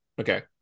Okay